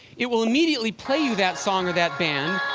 it will immediately play you that song or that band.